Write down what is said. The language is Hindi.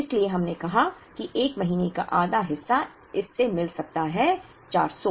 इसलिए हमने कहा कि 1 महीने का आधा हिस्सा इससे मिल सकता है 400